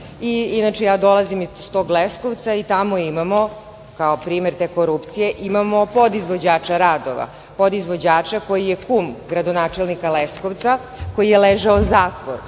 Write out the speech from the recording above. inače ja dolazim iz tog Leskovca i tamo imamo kao primer te korupcije imamo podizvođača radova, podizvođača koji je kum gradonačelnika Leskovca, koji je ležao zatvor